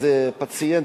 איזה פציינטית,